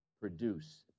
produce